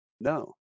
No